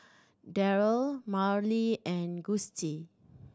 Darell Marlee and Gustie